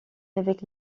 avec